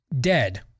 dead